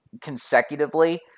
consecutively